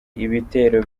ibitero